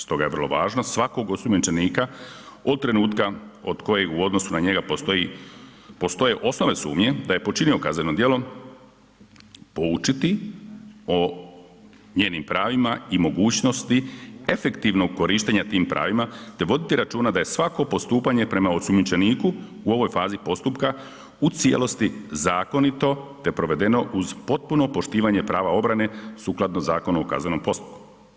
Stoga je vrlo važno svakog osumnjičenika od trenutka od kojeg u odnosu na njega postoji, postoje osnovne sumnje da je počinio kazneno djelo poučiti o njenim pravima i mogućnosti efektivnog korištenja tim pravima te voditi računa da je svako postupanje prema osumnjičeniku u ovoj fazi postupka u cijelosti zakonito te provedeno uz potpuno poštivanje prava obrane sukladno Zakonu o kaznenom postupku.